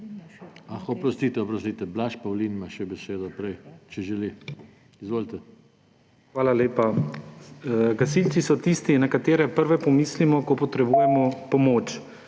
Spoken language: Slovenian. Hvala lepa. Gasilci so tisti, na katere najprej pomislimo, ko potrebujemo pomoč.